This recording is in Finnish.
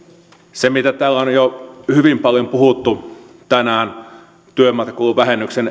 se mistä täällä on jo hyvin paljon puhuttu tänään on työmatkakuluvähennyksen